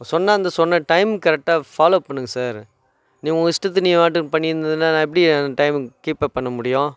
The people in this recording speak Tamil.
இப்போ சொன்னால் அந்த சொன்ன டைம் கரெக்டாக ஃபாலோ பண்ணுங்க சார் நீங்கள் உங்கள் இஸ்டத்துக்கு நீங்கள் பாட்டுக்கு பண்ணிகின்னு இருந்திங்கன்னா நான் எப்படி ஏன் டைமை கீப் அப் பண்ண முடியும்